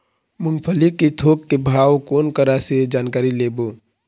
मूंगफली के थोक के भाव कोन करा से जानकारी लेबो?